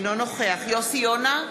אינו נוכח יוסי יונה,